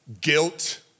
guilt